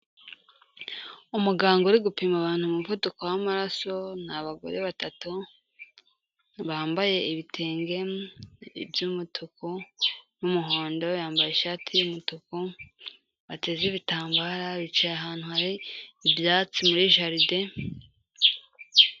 Umuganga uri gupima abantu umuvuduko w'amaraso ni abagore batatu bambaye ibitenge by'umutuku n'umuhondo, yambaye ishati y'umutuku, bateze ibitambaro bicaye ahantu hari ibyatsi muri jaride.